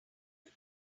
are